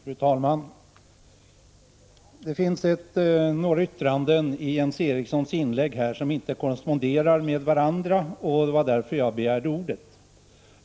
Fru talman! Det finns några yttranden i Jens Erikssons inlägg som inte korresponderar med varandra, och det var därför jag begärde ordet.